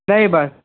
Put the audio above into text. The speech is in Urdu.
نہیں بس